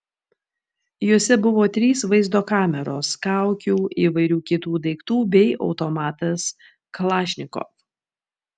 juose buvo trys vaizdo kameros kaukių įvairių kitų daiktų bei automatas kalašnikov